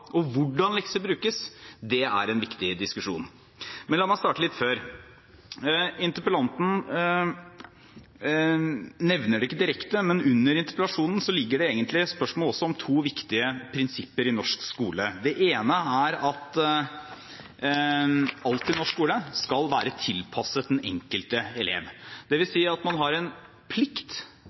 og hvordan lekser brukes, en viktig diskusjon. Men la meg starte litt før. Interpellanten nevner det ikke direkte, men under interpellasjonen ligger det egentlig også spørsmål om to viktige prinsipper i norsk skole. Det ene er at alt i norsk skole skal være tilpasset den enkelte elev. Det vil si at man har en plikt